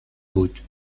بود